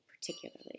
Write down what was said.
particularly